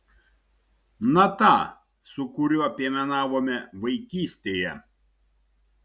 na tą su kuriuo piemenavome vaikystėje